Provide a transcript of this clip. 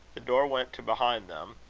the door went to behind them,